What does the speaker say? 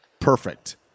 Perfect